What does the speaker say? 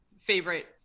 favorite